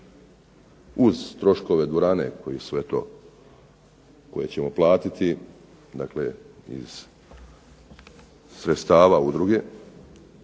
uz troškove dvorane koje ćemo platiti, dakle iz sredstava udruge,